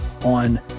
on